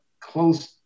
close